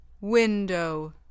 window